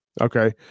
okay